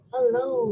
Hello